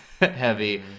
heavy